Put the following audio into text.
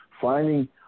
finding